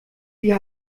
wir